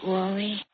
Wally